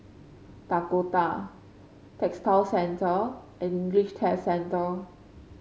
Dakota Textile Centre and English Test Centre